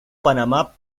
panamá